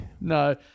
No